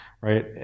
right